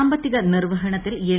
സാമ്പത്തിക നിർവ്വഹണത്തിൽ എൽ